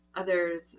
others